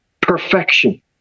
Perfection